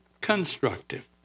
constructive